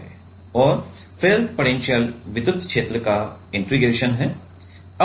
और फिर पोटेंशियल विद्युत क्षेत्र का इंटीग्रेशन है